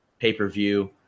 pay-per-view